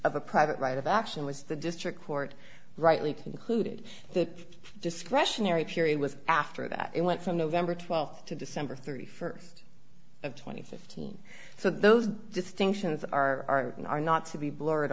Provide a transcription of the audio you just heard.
of a private right of action was the district court rightly concluded the discretionary period was after that it went from november twelfth to december thirty first of twenty fifteen so those distinctions are and are not to be blurred